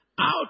Out